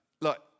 look